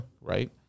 right